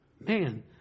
Man